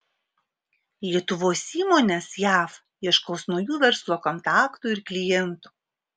lietuvos įmonės jav ieškos naujų verslo kontaktų ir klientų